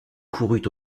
courut